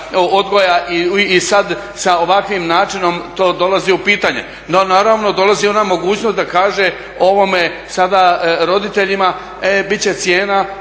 odgoja i sad sa ovakvim načinom to dolazi u pitanje. No, naravno dolazi ona mogućnost da kaže ovome sada roditeljima, e bit će cijena